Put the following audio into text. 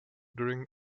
during